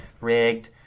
Rigged